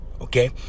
okay